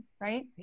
right